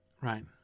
right